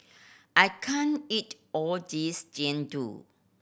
I can't eat all this Jian Dui